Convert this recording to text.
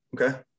Okay